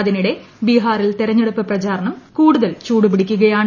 അതിനിടെ ബിഹാറിൽ തെരഞ്ഞെടുപ്പ് പ്രചാരണം കൂടുതൽ ചൂടുപിടിക്കുകയാണ്